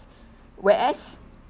whereas